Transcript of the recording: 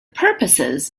purposes